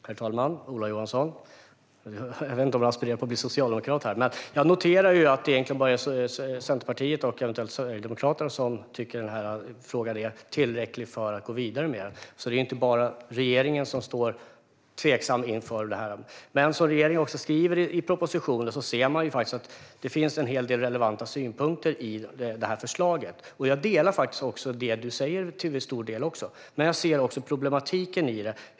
Herr talman! Jag vet inte om Ola Johansson aspirerar på att bli socialdemokrat, men jag noterar att det egentligen bara är Centerpartiet och eventuellt Sverigedemokraterna som tycker att denna fråga är tillräcklig för att gå vidare med. Det är alltså inte bara regeringen som står tveksam inför detta. Men som regeringen skriver i propositionen ser man att det finns en hel del relevanta synpunkter i förslaget. Jag håller till stor del med dig om det du säger, men jag ser också problematiken i det.